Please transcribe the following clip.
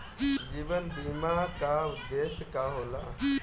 जीवन बीमा का उदेस्य का होला?